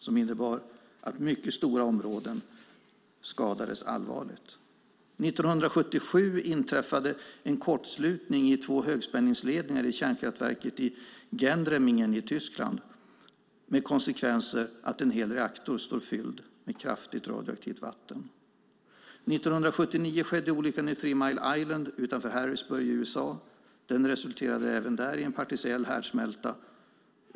Den innebar att mycket stora områden skadades allvarligt. År 1977 inträffade en kortslutning i två högspänningsledningar i kärnkraftverket i Gundremmingen i Tyskland, med konsekvensen att en hel reaktor står fylld med kraftigt radioaktivt vatten. År 1979 skedde olyckan i Three Mile Island utanför Harrisburg i USA. Resultatet även där var en partiell härdsmälta.